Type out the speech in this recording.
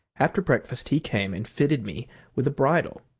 after breakfast he came and fitted me with a bridle.